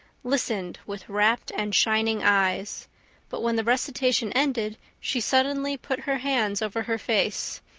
listened with rapt and shining eyes but when the recitation ended she suddenly put her hands over her face.